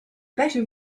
better